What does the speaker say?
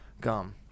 gum